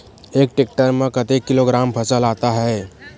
एक टेक्टर में कतेक किलोग्राम फसल आता है?